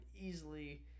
easily